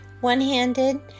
one-handed